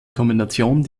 kombination